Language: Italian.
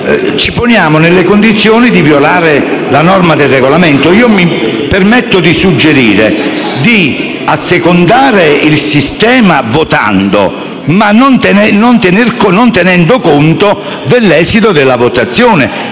ci poniamo nelle condizioni di violare una norma del Regolamento. Mi permetto di suggerire di "assecondare" il sistema votando, ma non tenendo conto dell'esito della votazione,